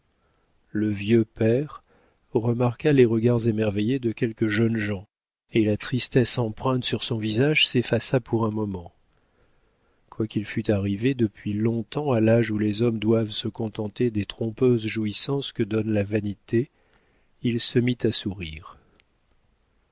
le vieux père remarqua les regards émerveillés de quelques jeunes gens et la tristesse empreinte sur son visage s'effaça pour un moment quoiqu'il fût arrivé depuis longtemps à l'âge où les hommes doivent se contenter des trompeuses jouissances que donne la vanité il se mit à sourire